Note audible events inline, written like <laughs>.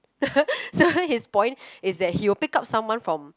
<laughs> so his point is that he will pick up someone from